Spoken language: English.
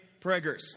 preggers